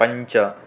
पञ्च